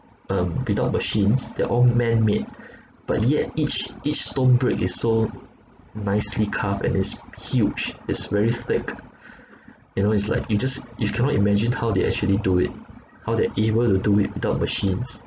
um without machines they're all man made but yet each each stone brick is so nicely carved and it's huge it's very thick you know it's like you just you cannot imagine how they actually do it how they're able to do it without machines